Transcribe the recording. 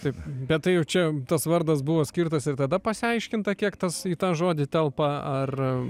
tai bet tai jau čia tas vardas buvo skirtas ir tada pasiaiškinta kiek tas į tą žodį telpa ar